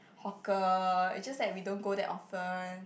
hawker it's just that we don't go there often